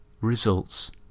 results